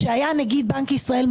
שהיה נגיד בנק ישראל,